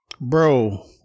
Bro